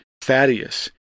Thaddeus